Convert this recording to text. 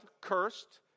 cursed